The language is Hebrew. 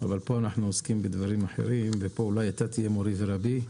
אבל פה אנחנו עוסקים בדברים אחרים ופה אולי אתה תהיה מורי ורבי,